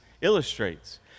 illustrates